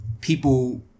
people